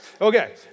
Okay